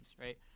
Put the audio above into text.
right